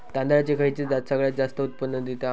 तांदळाची खयची जात सगळयात जास्त उत्पन्न दिता?